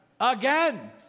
Again